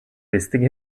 visiting